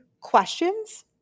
questions